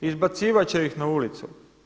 Izbacivati će ih na ulicu.